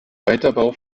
weiterbau